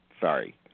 Sorry